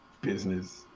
business